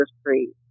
street